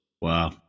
Wow